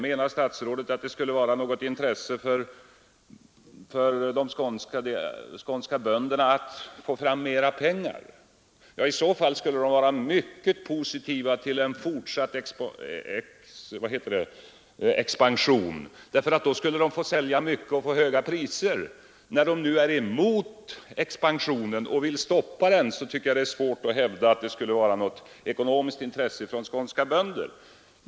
Menar statsrådet att det skulle vara ett intresse för de skånska bönderna att få fram mera pengar. I så fall skulle de vara mycket positivt inställda till en fortsatt expansion, för då skulle de få sälja mycket och få höga priser. När de nu är mot expansionen och vill stoppa den, borde det vara svårt att hävda, att det skulle vara något ekonomiskt intresse från skånska bönder.